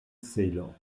celo